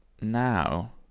now